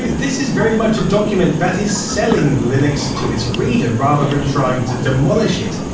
this is very much a document that is selling linux to its reader, rather than trying to demolish it,